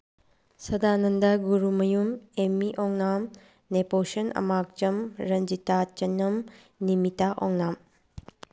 ꯁꯗꯥꯅꯟꯗ ꯒꯨꯔꯨꯃꯌꯨꯝ ꯑꯦꯃꯤ ꯑꯣꯡꯅꯥꯝ ꯅꯦꯄꯣꯁꯟ ꯑꯃꯥꯛꯆꯝ ꯔꯟꯖꯤꯇꯥ ꯆꯅꯝ ꯅꯤꯃꯤꯇꯥ ꯑꯣꯡꯅꯥꯝ